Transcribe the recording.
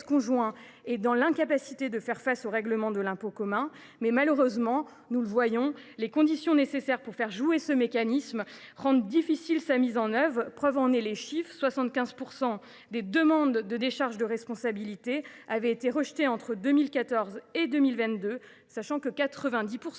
conjoint est dans l’incapacité de faire face au règlement de l’impôt commun. Mais comme nous le voyons malheureusement, les conditions nécessaires pour faire jouer ce mécanisme rendent difficile sa mise en œuvre. Preuve en est, 75 % des demandes de décharge de responsabilité avaient été rejetées entre 2014 et 2022, sachant que 90